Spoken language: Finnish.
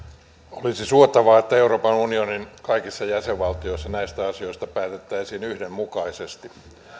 olisi suotavaa että euroopan unionin kaikissa jäsenvaltioissa näistä asioista päätettäisiin yhdenmukaisesti